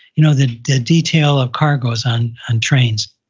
you know, the the detail of cargoes on and trains.